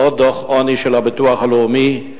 לעוד דוח עוני של הביטוח הלאומי,